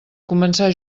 començar